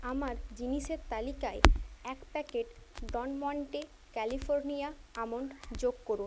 আমার জিনিসের তালিকায় এক packet Don Monte California almond যোগ করুন